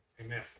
Amen